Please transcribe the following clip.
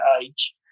age